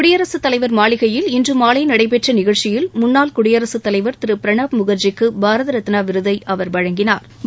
குடியரசுத் தலைவர் மாளிகையில் இன்று மாலை நடைபெற்ற நிகழ்ச்சியில் முன்னாள் குடியரசுத் தலைவர் திரு பிரணாப் முகா்ஜிக்கு பாரத ரத்னா விருதை அவா் வழங்கினாா்